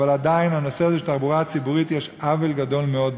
אבל עדיין בנושא הזה של התחבורה הציבורית יש עוול גדול מאוד.